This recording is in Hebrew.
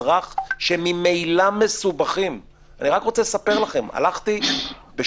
מספיק שהממשלה השתכנעה כי מתקיימות נסיבות.